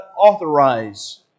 authorize